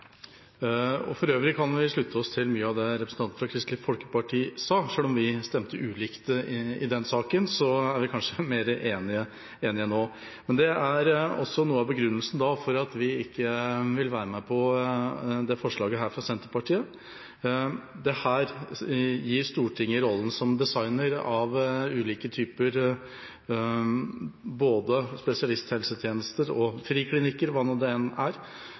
For øvrig kan vi slutte oss til mye av det representanten fra Kristelig Folkeparti sa. Selv om vi stemte ulikt i den saken, er vi kanskje mer enige nå. Det er også noe av begrunnelsen for at vi ikke vil være med på dette forslaget fra Senterpartiet. Det gir Stortinget rollen som designer av ulike typer spesialisthelsetjenester og friklinikker og hva det nå enn er, men det